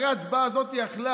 הרי ההצבעה הזאת יכלה